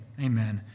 Amen